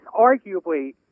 arguably